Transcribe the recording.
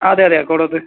ആ അതെ അതെ കോടോത്ത്